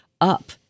up